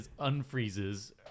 unfreezes